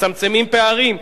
מצמצמים פערים,